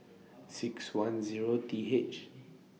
six one Zero T H